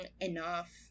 enough